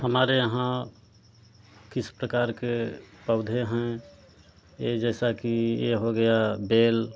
हमारे यहाँ किस प्रकार के पौधे हैं ए जैसा कि ए हो गया बेल